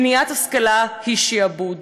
מניעת השכלה היא שעבוד,